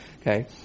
Okay